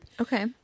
Okay